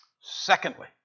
secondly